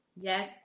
yes